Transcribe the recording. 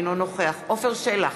אינו נוכח עפר שלח,